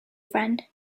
friend